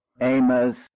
Amos